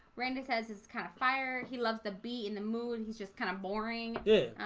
randa says is kind of fired. he loves the beat in the mood he's just kind of boring. yeah,